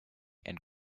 and